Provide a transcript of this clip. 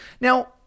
Now